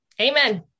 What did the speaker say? Amen